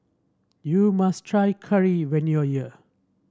you must try curry when you are here